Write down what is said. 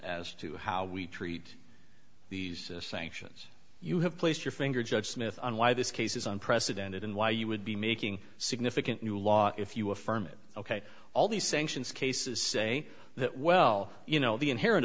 as to how we treat these sanctions you have placed your finger judge smith on why this case is unprecedented and why you would be making significant new law if you affirm it ok all these sanctions cases say that well you know the inher